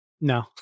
No